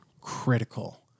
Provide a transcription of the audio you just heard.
critical